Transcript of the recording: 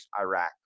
Iraq